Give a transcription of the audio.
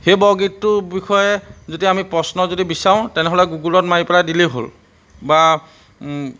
সেই বৰগীতটোৰ বিষয়ে যেতিয়া আমি প্ৰশ্ন যদি বিচাৰোঁ তেনেহ'লে গুগলত মাৰি পেলাই দিলেই হ'ল বা